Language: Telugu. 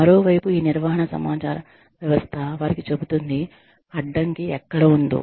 మరోవైపు ఈ నిర్వహణ సమాచార వ్యవస్థ వారికి చెబుతుంది అడ్డంకి ఎక్కడ ఉందో